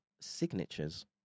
signatures